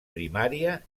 primària